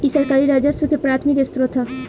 इ सरकारी राजस्व के प्राथमिक स्रोत ह